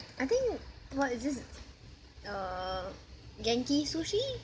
I think what is this uh Genki sushi